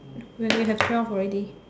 we we have twelve already